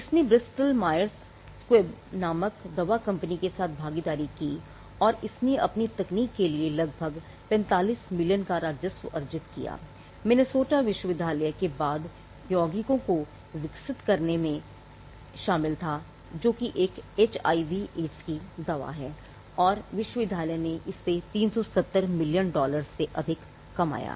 इसने Bristol Myers Squibb abacavir के बाद यौगिकों को विकसित करने में शामिल था जो एक एचआईवी एड्स की दवा है और विश्वविद्यालय ने इससे 370 मिलियन डॉलर से अधिक कमाया